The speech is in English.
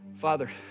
Father